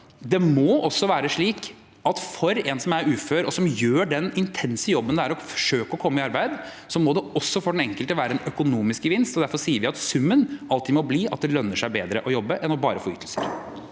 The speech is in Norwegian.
det er sagt, er det klart at for en som er ufør og gjør den intense jobben det er å forsøke å komme i arbeid, må det også for den enkelte være en økonomisk gevinst. Derfor sier vi at summen alltid må bli at det lønner seg mer å jobbe enn bare å få ytelser.